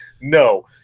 no